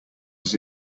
does